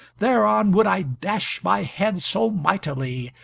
thereon would i dash my head so mightily,